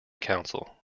council